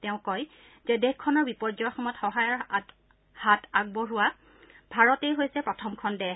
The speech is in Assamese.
তেওঁ কয় যে দেশখনৰ বিপৰ্যয়ৰ সময়ত সহায়ৰ হাত আগবঢ়ো ভাৰতেই হৈছে প্ৰথমখন দেশ